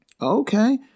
Okay